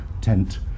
tent